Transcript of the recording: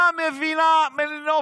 מה מבינה מלינובסקי?